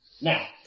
Now